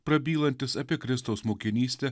prabylantis apie kristaus mokinystę